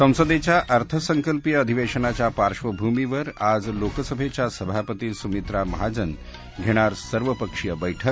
संसदेच्या अर्थसंकल्पीय अधिवेशनाच्या पार्श्वभूमीवर आज लोकसभेच्या सभापती सुमित्रा महाजन घेणार सर्वपक्षीय बैठक